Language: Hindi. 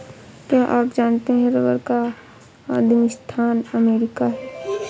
क्या आप जानते है रबर का आदिमस्थान अमरीका है?